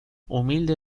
humilde